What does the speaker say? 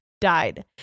died